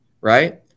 right